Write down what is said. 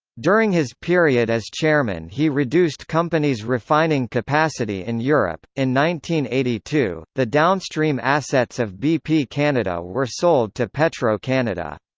during his period as chairman he reduced company's refining capacity in europe. in one eighty two, the downstream assets of bp canada were sold to petro canada.